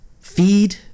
feed